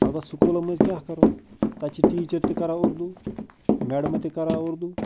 البتہ سُکوٗلن مٔنٛزۍ کیٛاہ کَرو تَتہِ چھِ ٹیٖچر تہِ کَران اُردو میڈمہٕ تہِ کَران اُردو